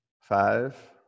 Five